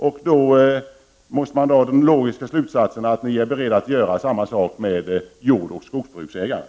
Därav måste den logiska slutsatsen dras att ni är beredda att göra samma sak för jordbruksoch skogsbruksägarna.